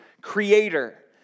creator